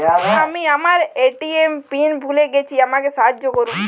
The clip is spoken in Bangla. আমি আমার এ.টি.এম পিন ভুলে গেছি আমাকে সাহায্য করুন